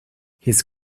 his